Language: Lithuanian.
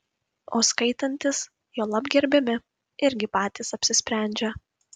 o skaitantys juolab gerbiami irgi patys apsisprendžia